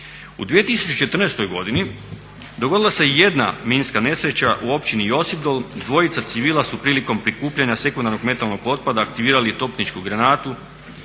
U 2014. godini dogodila se jedna minska nesreća u Općini Josipdol, dvojica civila su prilikom prikupljanja sekundarnog metalnog otpada aktivirali topničku granatu